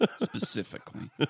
Specifically